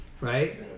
right